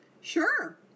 Sure